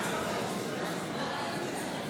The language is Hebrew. אגרות והוצאות (תיקון,